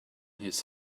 his